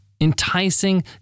enticing